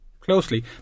closely